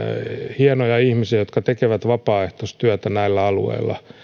hienoja ihmisiä jotka tekevät vapaaehtoistyötä näillä alueilla